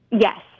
Yes